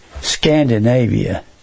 Scandinavia